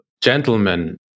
gentlemen